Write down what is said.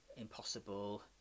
impossible